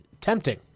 tempting